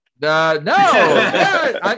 No